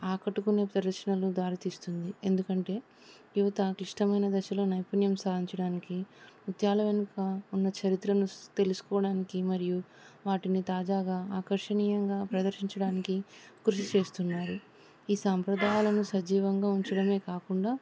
ఆకట్టుకునే ప్రదర్శనలు దారితీస్తుంది ఎందుకంటే యువత క్లిష్టమైన దశలో నైపుణ్యం సాధించడానికి నృత్యాల వెనుక ఉన్న చరిత్రను తెలుసుకోవడానికి మరియు వాటిని తాజాగా ఆకర్షణీయంగా ప్రదర్శించడానికి కృషి చేస్తున్నారు ఈ సాంప్రదాయాలను సజీవంగా ఉంచడమే కాకుండా